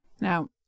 Now